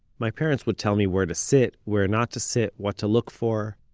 my parents would tell me where to sit, where not to sit, what to look for.